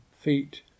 feet